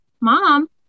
mom